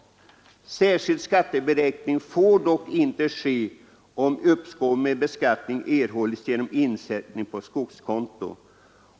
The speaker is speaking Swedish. Särskild skatteberäkning får dock inte ske, om uppskov med beskattningen erhållits genom insättning på skogskonto.